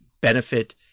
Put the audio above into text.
benefit